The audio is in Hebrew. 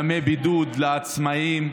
ימי בידוד לעצמאים.